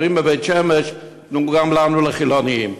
אומרים בבית-שמש: תנו גם לנו, לחילונים.